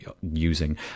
using